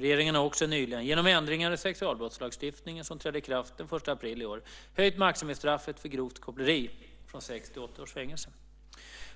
Regeringen har också nyligen, genom ändringar i sexualbrottslagstiftningen som trädde i kraft den 1 april i år, höjt maximistraffet för grovt koppleri från sex till åtta års fängelse.